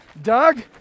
Doug